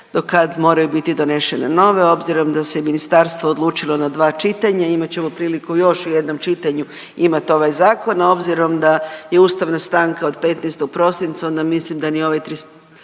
do kad moraju biti donešene nove. Obzirom da se ministarstvo odlučilo na dva čitanja imat ćemo priliku još u jednom čitanju imat ovaj zakon, a obzirom da je ustavna stanka od 15. prosinca onda mislim da ni ovaj